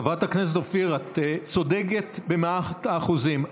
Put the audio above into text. חברת הכנסת אופיר, את צודקת במאת האחוזים.